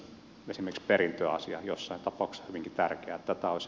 tätä olisi ehkä syytä harkita vielä